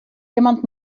jemand